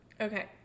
Okay